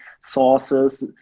sources